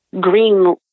green